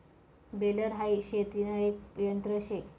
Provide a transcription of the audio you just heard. baler हाई शेतीन एक यंत्र शे